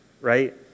right